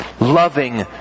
loving